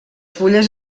fulles